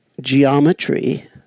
geometry